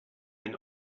and